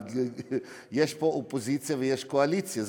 יש פה אופוזיציה ויש קואליציה.